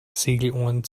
segelohren